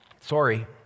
Sorry